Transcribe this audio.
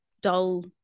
dull